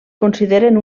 consideren